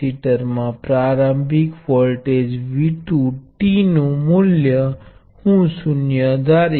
તેથી આ શ્રેણીમાં વોલ્ટેજ સ્રોતોનો પ્રતિ ભાગ છે